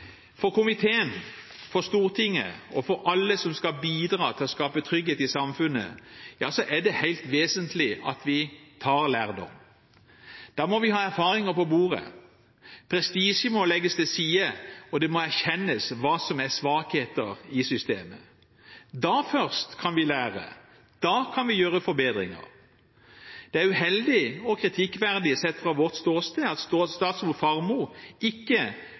For komiteen, for Stortinget og for alle som skal bidra til å skape trygghet i samfunnet, er det helt vesentlig at vi tar lærdom. Da må vi ha erfaringer på bordet, prestisje må legges til side, og det må erkjennes hva som er svakheter i systemet. Da først kan vi lære, da kan vi gjøre forbedringer. Det er uheldig og kritikkverdig sett fra vårt ståsted at statsråd Faremo ikke